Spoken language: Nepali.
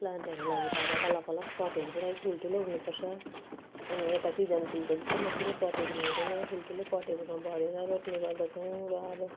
प्लान्टहरूको लागि त अब अलग अलग पटहरूको लागि ठुल्ठुलो हुनुपर्छ अनि यता सिजन फुलको जस्तो मसिनो पटहरूमा हुँदैन ठुल्ठुलो पटहरूमा भरेर रोप्ने गर्दछौँ र अब